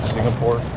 Singapore